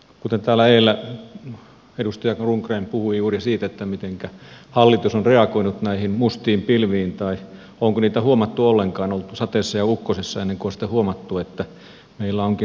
kuten täällä edellä edustaja rundgren puhui juuri siitä mitenkä hallitus on reagoinut näihin mustiin pilviin tai onko niitä huomattu ollenkaan onko oltu sateessa ja ukkosessa ennen kuin on sitten huomattu että meillä onkin huonot suhdannetilanteet